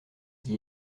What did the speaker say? qui